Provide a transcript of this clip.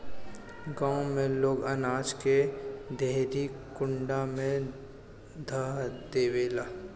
गांव में लोग अनाज के देहरी कुंडा में ध देवेला